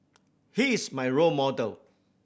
he is my role model